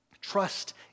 Trust